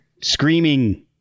screaming